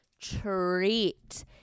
treat